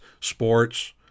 Sports